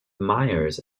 myers